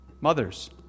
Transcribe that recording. Mothers